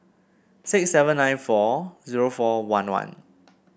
six seven nine four zero four one one